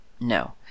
No